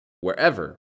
wherever